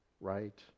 right